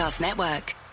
Network